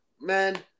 man